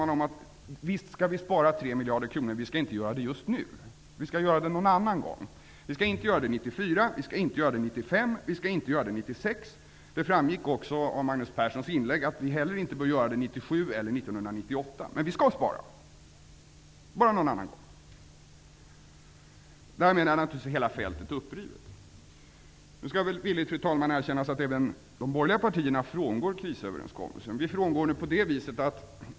Man säger: Visst skall vi spara 3 miljarder, men vi skall inte göra det nu, utan någon annan gång. Vi skall inte göra det 1994, 1995 eller 1996. Det framgick också av Magnus Perssons inlägg att vi inte heller bör göra det 1997 eller 1998 men vi skall spara -- någon annan gång. Därmed är naturligtvis hela fältet upprivet. Nu skall det, fru talman, villigt erkännas att även de borgerliga partierna frångår krisöverenskommelsen.